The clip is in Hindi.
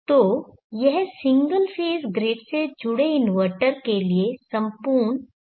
तो यह सिंगल फेज़ ग्रिड से जुड़े इन्वर्टर के लिए संपूर्ण खंड आरेख होगा